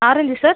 orange sir